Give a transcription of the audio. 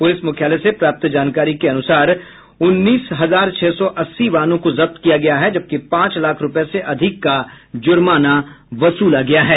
police मुख्यालय से प्राप्त जानकारी के अनुसार उन्नीस हजार छह सौ अस्सी वाहनों को जब्त किया गया है जबकि पांच लाख रूपये से अधिक का जुर्माना वसूला गया है